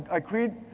i created,